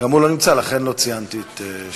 גם הוא לא נמצא, לכן לא ציינתי את שמו.